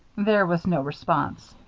there was no response.